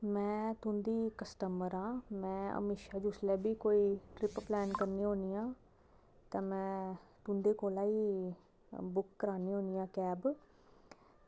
में तुं'दी कस्टमर आं में जिसलै बी कोई ट्रिप प्लॉन करनी आं ते तुं'दे कोला गै बुक करान्नी होन्नी आं कैब